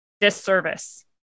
disservice